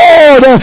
Lord